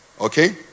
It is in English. okay